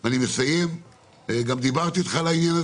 ניסיתי פעם להגיע לירושלים מיובלים.